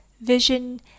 vision